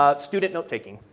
ah student note taking.